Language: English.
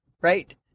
Right